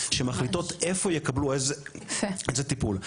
שמחליטות איפה יקבלו ואיזה טיפול,